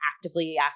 actively